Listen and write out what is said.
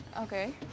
Okay